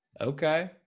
Okay